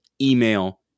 email